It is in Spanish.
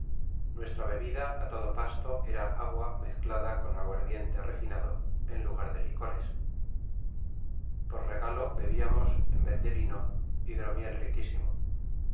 nuestra bebida á todo pasto era agua mezclada con aguardiente refinado en lugar de licores por regalo bebiamos en vez de vino hidromiel riquisimo